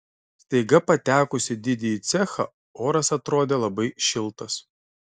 staiga patekus į didįjį cechą oras atrodė labai šiltas